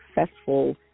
successful